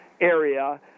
area